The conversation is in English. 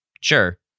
Sure